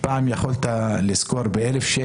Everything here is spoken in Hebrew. פעם יכולת לשכור ב-1,000,